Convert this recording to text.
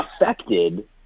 affected